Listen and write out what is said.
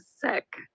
sick